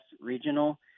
regional